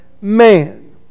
man